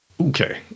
Okay